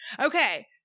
Okay